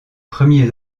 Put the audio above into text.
premiers